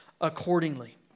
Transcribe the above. accordingly